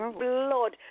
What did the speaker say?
blood